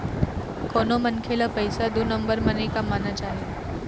कोनो मनखे ल पइसा दू नंबर म नइ कमाना चाही